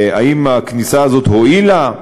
האם הכניסה הזאת הועילה?